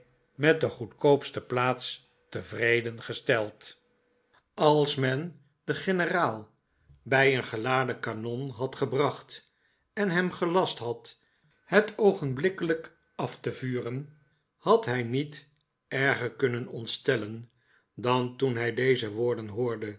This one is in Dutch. met de goedvolmaakte gelijkheid koopste plaats tevreden gesteld als men den generaal bij een geladen kanon had gebracht en hem gelast had het oogenblikkelijk af te vuren had hij niet erger kuhnen ontstellen dan toen hij deze woorden hoorde